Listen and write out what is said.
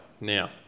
Now